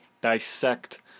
dissect